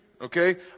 okay